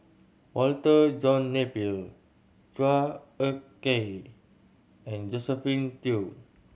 Walter John Napier Chua Ek Kay and Josephine Teo